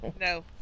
No